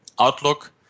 outlook